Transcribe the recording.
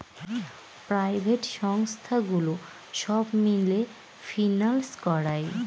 private সংস্থাগুলো সব মিলে ফিন্যান্স করায়